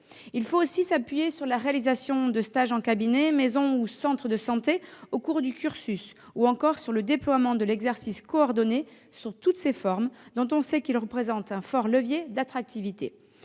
Il faut aussi s'appuyer sur la réalisation de stages en cabinet, en maison ou en centre de santé au cours du cursus, ou encore sur le déploiement de l'exercice coordonné sous toutes ses formes, dont on sait qu'il représente un fort levier d'attractivité.